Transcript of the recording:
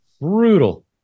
Brutal